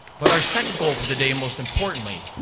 but our second goal for the day, most importantly,